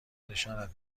نشانت